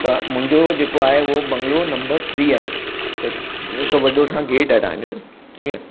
त मुंहिंजो जेको आहे उहो बंगलो नंबर थ्री आहे त हिकु वॾो असां गेट आहे तव्हांजो ठीकु आहे